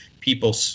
people